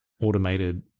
automated